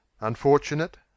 unfortunate